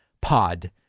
pod